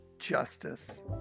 justice